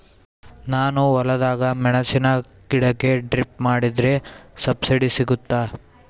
ನಾನು ಹೊಲದಾಗ ಮೆಣಸಿನ ಗಿಡಕ್ಕೆ ಡ್ರಿಪ್ ಮಾಡಿದ್ರೆ ಸಬ್ಸಿಡಿ ಸಿಗುತ್ತಾ?